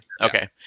Okay